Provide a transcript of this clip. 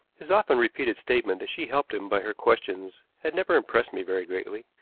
his often-repeated statement that she helped him by her questions had never impressed me very greatly.